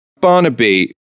Barnaby